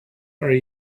are